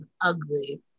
ugly